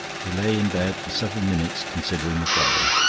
he lay in bed for several minutes considering the problem.